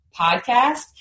podcast